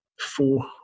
four